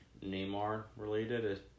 Neymar-related